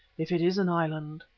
if it is an island.